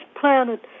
planet